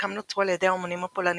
חלקם נוצרו על ידי האומנים הפולנים